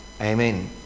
Amen